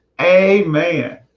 amen